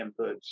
inputs